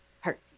hurt